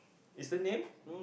is a name